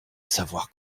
savoir